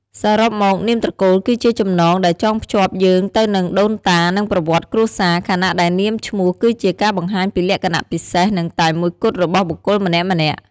សរុបមក នាមត្រកូលគឺជាចំណងដែលចងភ្ជាប់យើងទៅនឹងដូនតា និង ប្រវត្តិគ្រួសារ ខណៈដែលនាមឈ្មោះគឺជាការបង្ហាញពីលក្ខណៈពិសេស និង តែមួយគត់របស់បុគ្គលម្នាក់ៗ។